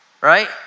Right